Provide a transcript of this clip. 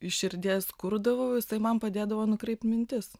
iš širdies kurdavau jisai man padėdavo nukreipt mintis